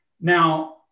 Now